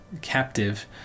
captive